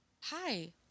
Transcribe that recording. hi